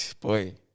boy